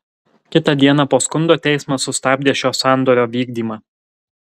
kitą dieną po skundo teismas sustabdė šio sandorio vykdymą